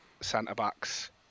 centre-backs